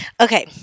Okay